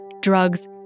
drugs